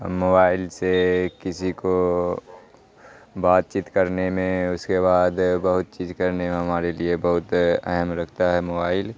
mobile سے کسی کو بات چیت کرنے میں اس کے بعد بہت چیز کرنے میں ہمارے لیے بہت اہم رکھتا ہے موائل